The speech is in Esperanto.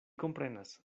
komprenas